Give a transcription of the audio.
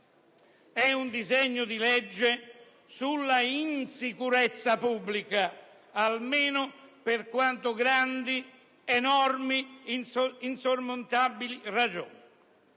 È un disegno di legge sulla insicurezza pubblica, per diverse grandi, enormi, insormontabili ragioni.